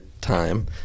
time